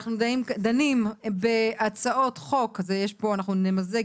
אנחנו דנים בהצעות חוק שאנחנו נמזג,